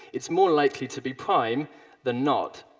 it's more likely to be prime than not?